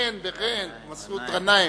מסעוד ע'נאים.